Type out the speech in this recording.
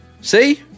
See